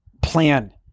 plan